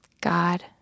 God